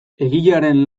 egilearen